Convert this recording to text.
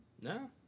No